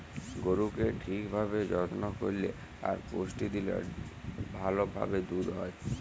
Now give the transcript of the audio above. গরুকে ঠিক ভাবে যত্ন করল্যে আর পুষ্টি দিলে ভাল ভাবে দুধ হ্যয়